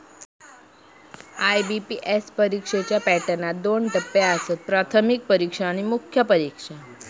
IBPS परीक्षेच्यो पॅटर्नात तीन टप्पो आसत, प्राथमिक परीक्षा, मुख्य परीक्षा